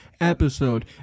episode